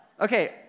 Okay